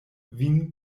vin